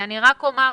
אני רק אומר,